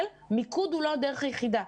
מיקוד הוא לא הדרך היחידה.